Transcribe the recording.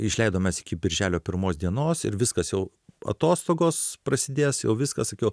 išleidom mes iki birželio pirmos dienos ir viskas jau atostogos prasidės jau viskas sakiau